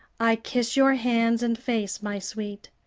i kiss your hands and face, my sweet.